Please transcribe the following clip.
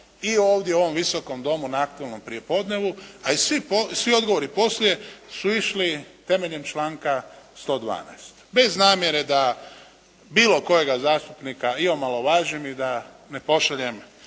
i ovdje u ovom Visokom domu na Aktualnom prijepodnevu, a i svi odgovori poslije su išli temeljem članka 112. bez namjere da bilo kojega zastupnika i omalovažim i da ne pošaljem